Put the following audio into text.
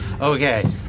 Okay